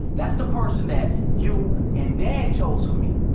that's the person that you and dad chose for me.